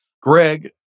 Greg